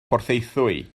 porthaethwy